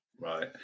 Right